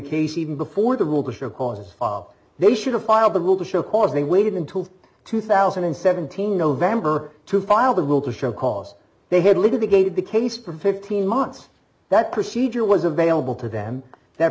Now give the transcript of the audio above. case even before the rule to show cause they should have filed the will to show cause they waited until two thousand and seventeen november to file the will to show cause they had little gaited the case for fifteen months that procedure was available to them that